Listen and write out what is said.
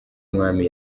umwami